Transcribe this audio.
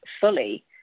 fully